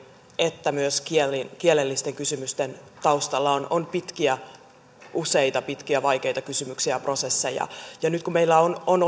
että myös kielellisten kysymysten taustalla on on useita pitkiä vaikeita kysymyksiä ja prosesseja ja nyt kun meillä on on